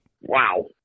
Wow